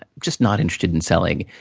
just not interested in selling.